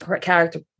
character